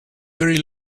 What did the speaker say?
very